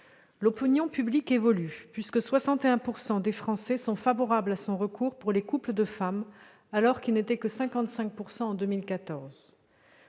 L'opinion publique évolue, puisque 61 % des Français sont favorables au recours à cette technique par les couples de femmes, alors qu'ils n'étaient que 55 % en 2014.